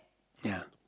ya